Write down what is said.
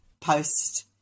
post